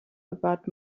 about